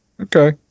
Okay